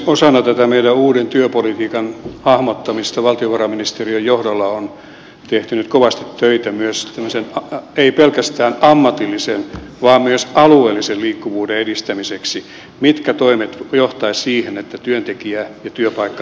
osana tätä meidän uuden työpolitiikan hahmottamista on valtiovarainministeriön johdolla tehty nyt kovasti töitä ei pelkästään ammatillisen vaan myös alueellisen liikkuvuuden edistämiseksi mitkä toimet johtaisivat siihen että työntekijä ja työpaikka paremmin kohtaavat